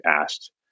asked